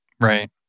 Right